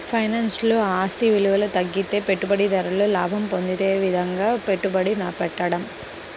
ఫైనాన్స్లో, ఆస్తి విలువ తగ్గితే పెట్టుబడిదారుడు లాభం పొందే విధంగా పెట్టుబడి పెట్టడం